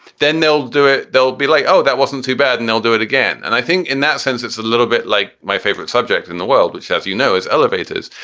then they'll do it. they'll be like, oh, that wasn't too bad. and they'll do it again. and i think in that sense, it's a little bit like my favorite subject in the world, which, as you know, is elevators,